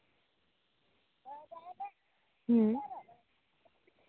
ᱦᱩᱸ